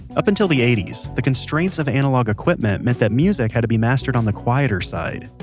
up until the eighty s, the constraints of analog equipment meant that music had to be mastered on the quieter side.